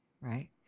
right